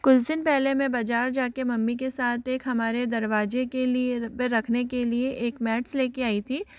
कुछ दिन पहले मैं बज़ार जाके मम्मी के साथ एक हमारे दरवाज़े के लिए के रखने के लिए एक मैट्स लेके आई थी